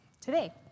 today